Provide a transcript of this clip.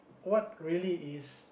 what really is